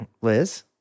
Liz